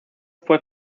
fue